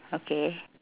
okay